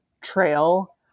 trail